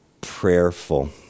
prayerful